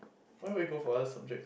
why we go for us subjects